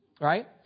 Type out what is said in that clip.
right